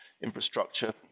infrastructure